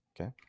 Okay